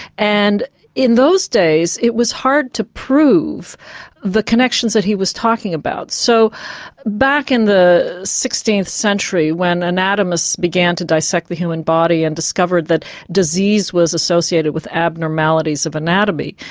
and in those days it was hard to prove the connections that he was talking about. so back in the sixteenth century when anatomists began to dissect the human body and discovered that disease was associated with abnormalities of anatomy.